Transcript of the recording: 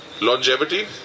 Longevity